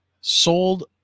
sold